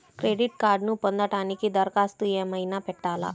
Credit కార్డ్ను పొందటానికి దరఖాస్తు ఏమయినా పెట్టాలా?